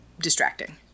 distracting